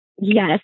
Yes